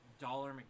Dollar